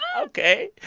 ok,